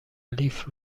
لیفت